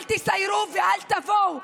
אל תסיירו ואל תבואו.